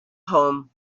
home